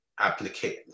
applicate